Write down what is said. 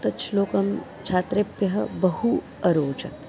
तच्छ्लोकं छात्रेभ्यः बहु अरोचत्